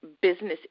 business